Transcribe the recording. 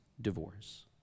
divorce